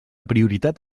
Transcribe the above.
prioritat